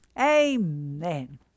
amen